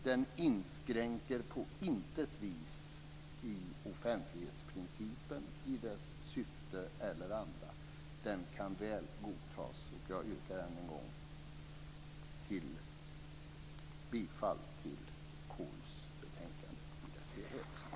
Den inskränker på intet vis offentlighetsprincipen i dess syfte eller anda. Den kan väl godtas, och jag yrkar än en gång bifall till hemställan i KU:s betänkande i dess helhet.